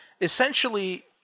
Essentially